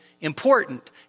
important